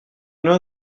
know